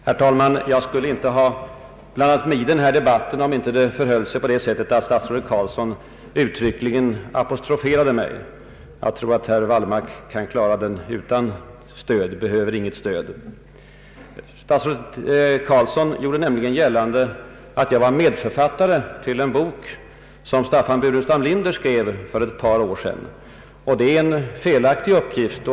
Herr talman! Jag skulle inte ha blandat mig i debatten om inte statsrådet Carlsson direkt apostroferat mig. Jag är övertygad om att herr Wallmark kan klara den utan stöd från annat håll. Statsrådet Carlsson gjorde gällande att jag var medförfattare till en bok som Staffan Burenstam Linder skrev för ett par år sedan. Det är en felaktig uppgift.